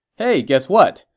hey, guess what?